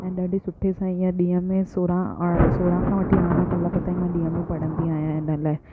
ऐं ॾाढे सुठे सां ईअं ॾींहं में सोरहं अर सोरहं खां वठी अरिड़हं कलाक तांई मां ॾींहं में पढ़ंदी आहियां इन लाइ